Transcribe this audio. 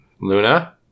Luna